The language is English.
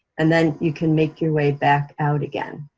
and then, you can make your way back out again.